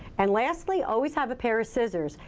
and lastly, always have a pair of scissors.